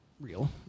real